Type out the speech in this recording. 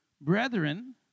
Brethren